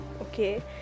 okay